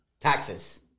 taxes